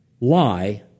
lie